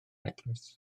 eglwys